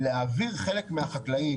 להעביר חלק מהחקלאים,